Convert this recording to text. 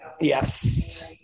yes